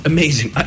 Amazing